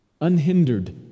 unhindered